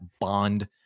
bond